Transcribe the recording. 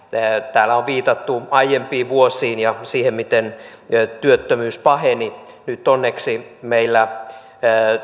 täällä on viitattu aiempiin vuosiin ja siihen miten työttömyys paheni nyt onneksi meillä